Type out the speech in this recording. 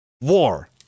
War